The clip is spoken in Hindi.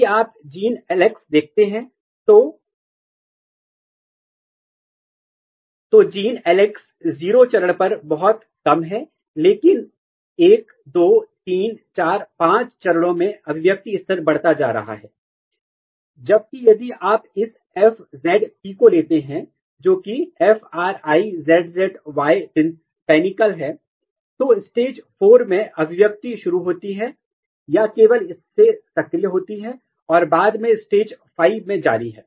यदि आप जीन LAX देखते हैं तो जीन LAX 0 चरण पर बहुत कम है लेकिन 1 2 3 4 5 चरणों में अभिव्यक्ति स्तर बढ़ता जा रहा है जबकि यदि आप इस FZP को लेते हैं जो कि FRIZZY PANICLE है तो स्टेज 4 मैं अभिव्यक्ति शुरू होती है या केवल इससे सक्रिय होती है और बाद में स्टेज 5 में जारी है